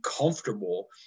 comfortable